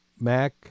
Mac